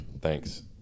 Thanks